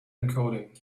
encoding